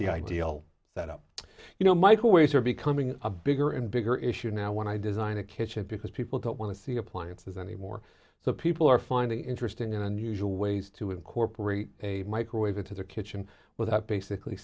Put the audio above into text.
the ideal setup you know microwaves are becoming a bigger and bigger issue now when i design a kitchen because people don't want to see appliances anymore so people are finding interesting and unusual ways to incorporate a microwave into the kitchen without basically